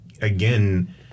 again